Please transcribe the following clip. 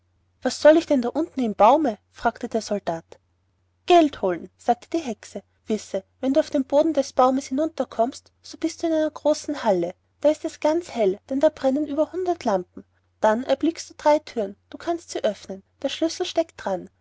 was soll ich denn da unten im baume fragte der soldat geld holen sagte die hexe wisse wenn du auf den boden des baumes hinunterkommst so bist du in einer großen halle da ist es ganz hell denn da brennen über hundert lampen dann erblickst du drei thüren du kannst sie öffnen der schlüssel steckt daran